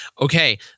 okay